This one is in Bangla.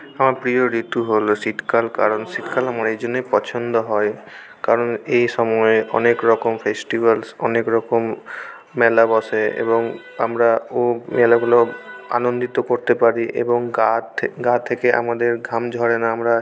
আমার প্রিয় ঋতু হলো শীতকাল কারণ শীতকাল আমার এই জন্যই পছন্দ হয় কারণ এই সময়ে অনেক রকম ফেস্টিভ্যালস অনেক রকম মেলা বসে এবং আমরা ও মেলাগুলো আনন্দ করতে পারি এবং গা থে গা থেকে আমাদের ঘাম ঝরে না আমরা